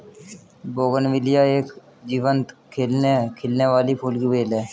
bougainvillea एक जीवंत खिलने वाली फूल की बेल है